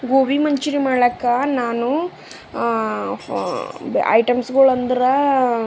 ಗೋಬಿ ಮಂಚೂರಿ ಮಾಡ್ಲಕ್ಕೆ ನಾನು ಐಟಮ್ಸ್ಗಳಂದ್ರ